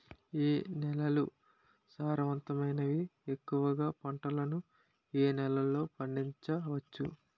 ఏ నేలలు సారవంతమైనవి? ఎక్కువ గా పంటలను ఏ నేలల్లో పండించ వచ్చు?